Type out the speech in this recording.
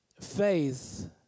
Faith